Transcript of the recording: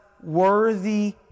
worthy